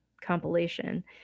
compilation